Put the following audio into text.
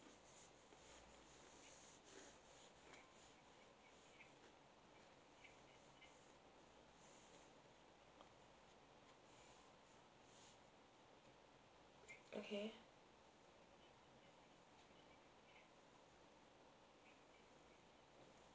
okay